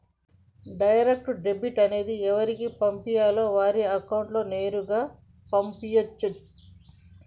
direct debit అనేది ఎవరికి పంపాలో వారి అకౌంట్ నేరుగా పంపు చేయచ్చు